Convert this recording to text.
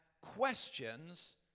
questions